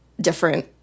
different